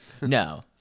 no